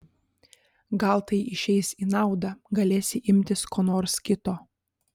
gal tai išeis į naudą galėsi imtis ko nors kito